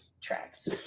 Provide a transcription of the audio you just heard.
tracks